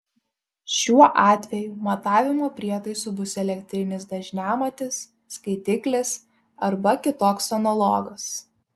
šiuo atveju matavimo prietaisu bus elektrinis dažniamatis skaitiklis arba kitoks analogas